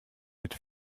mit